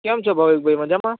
કેમ છો ભાવેશભાઈ મજામાં